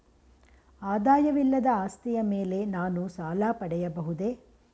ಆದಾಯವಿಲ್ಲದ ಆಸ್ತಿಯ ಮೇಲೆ ನಾನು ಸಾಲ ಪಡೆಯಬಹುದೇ?